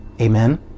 Amen